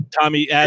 Tommy